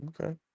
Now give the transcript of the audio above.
okay